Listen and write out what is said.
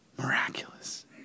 Miraculous